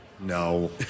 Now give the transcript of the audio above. No